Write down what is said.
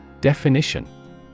Definition